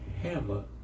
hammer